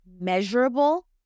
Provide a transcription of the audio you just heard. Measurable